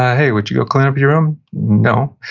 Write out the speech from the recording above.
ah hey, would you go clean up your room? no.